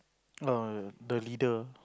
no no no the leader